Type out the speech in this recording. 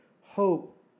hope